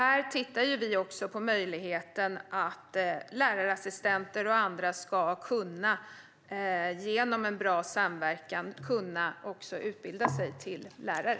Vi tittar också på möjligheten att lärarassistenter och andra genom en bra samverkan ska kunna utbilda sig till lärare.